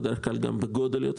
ובדרך כלל גם יותר גדולה,